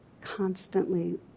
constantly